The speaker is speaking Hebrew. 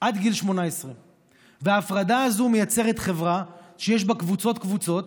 עד גיל 18. ההפרדה הזו מייצרת חברה שיש בה קבוצות-קבוצות,